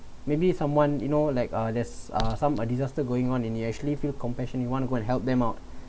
maybe someone you know like uh there's uh some uh disaster going on in you actually feel compassion you want to go and help them out